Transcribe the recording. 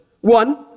One